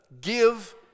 give